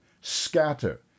scatter